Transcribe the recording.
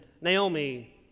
Naomi